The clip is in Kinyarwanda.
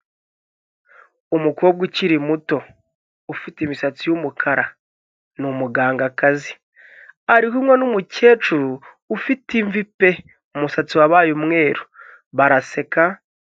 Umukobwa ukiri muto, ufite imisatsi y'umukara ni umugangakazi ari kumwe n'umukecuru ufite imvi pe! Umusatsi wabaye umweru baraseka.